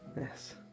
Yes